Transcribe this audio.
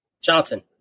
Johnson